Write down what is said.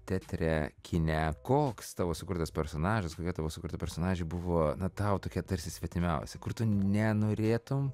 teatre kine koks tavo sukurtas personažas kokia tavo sukurta personažė buvo tau tokia tarsi svetimiausia kur tu nenorėtum